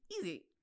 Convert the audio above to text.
easy